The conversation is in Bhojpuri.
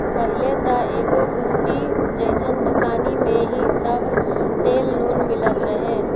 पहिले त एगो गुमटी जइसन दुकानी में ही सब तेल नून मिलत रहे